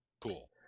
cool